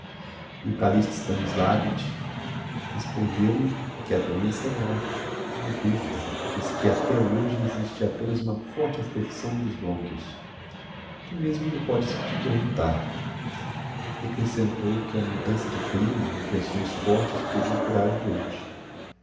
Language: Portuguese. e o kalist stanislavitch respondeu-me que a doença é grave não ha duvida mas que até hoje existe apenas uma forte affecção dos bronchios tu mesmo lh'o podes perguntar e accrescentou que a mudança de clima impressões fortes podiam curar o doente